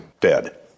Dead